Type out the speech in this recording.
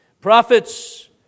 Prophets